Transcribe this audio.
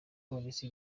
polisi